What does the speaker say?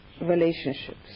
relationships